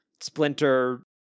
Splinter